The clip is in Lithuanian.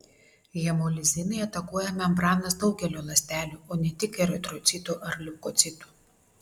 hemolizinai atakuoja membranas daugelio ląstelių o ne tik eritrocitų ar leukocitų